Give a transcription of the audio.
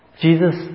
Jesus